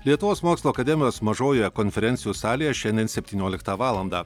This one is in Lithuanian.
lietuvos mokslo akademijos mažojoje konferencijų salėje šiandien septynioliktą valandą